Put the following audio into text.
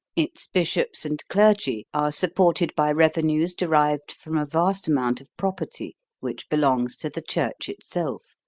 its bishops and clergy are supported by revenues derived from a vast amount of property which belongs to the church itself.